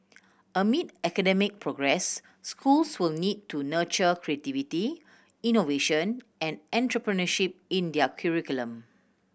amid academic progress schools will need to nurture creativity innovation and entrepreneurship in their curriculum